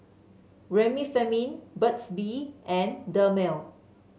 Remifemin Burt's Bee and Dermale